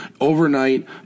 overnight